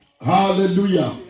Hallelujah